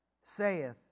saith